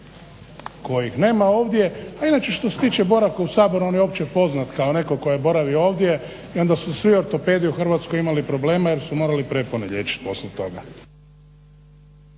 kojih nema ovdje. A inače što se tiče boravka u Saboru on je opće poznat kao netko tko je boravio ovdje i onda su svi ortopedi u Hrvatskoj imali problema jer su morali prepone liječit poslije toga.